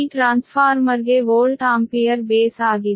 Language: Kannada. ಅದು ಈ ಟ್ರಾನ್ಸ್ಫಾರ್ಮರ್ಗೆ ವೋಲ್ಟ್ ಆಂಪಿಯರ್ ಬೇಸ್ ಆಗಿದೆ